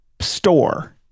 store